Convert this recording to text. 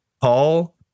Paul